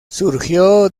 surgió